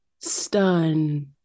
Stun